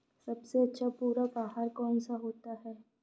सबसे अच्छा पूरक आहार कौन सा होता है?